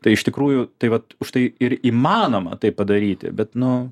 tai iš tikrųjų tai vat užtai ir įmanoma tai padaryti bet nu